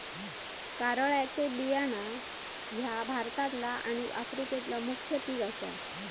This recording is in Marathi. कारळ्याचे बियाणा ह्या भारतातला आणि आफ्रिकेतला मुख्य पिक आसा